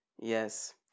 Yes